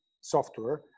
software